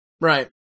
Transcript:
Right